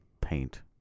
paint